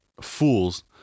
fools